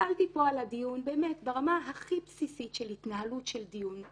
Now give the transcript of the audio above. הסתכלתי פה על הדיון באמת ברמה הכי בסיסית של התנהלות של דיון.